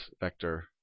vector